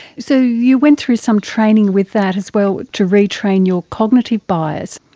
so you went through some training with that as well to retrain your cognitive bias.